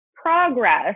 progress